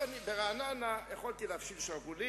חקרתי את העניין הזה, ורציתי ברעננה לעשות שירות,